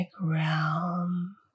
realm